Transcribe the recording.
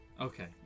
Okay